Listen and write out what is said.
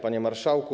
Panie Marszałku!